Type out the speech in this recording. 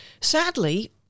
Sadly